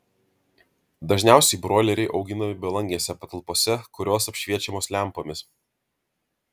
dažniausiai broileriai auginami belangėse patalpose kurios apšviečiamos lempomis